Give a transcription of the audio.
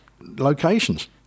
locations